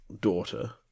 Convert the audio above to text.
daughter